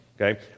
okay